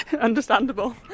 Understandable